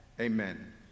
Amen